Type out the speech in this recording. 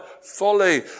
folly